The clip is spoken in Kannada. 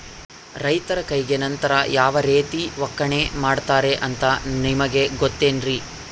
ರೈತರ ಕೈಗೆ ನಂತರ ಯಾವ ರೇತಿ ಒಕ್ಕಣೆ ಮಾಡ್ತಾರೆ ಅಂತ ನಿಮಗೆ ಗೊತ್ತೇನ್ರಿ?